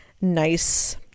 nice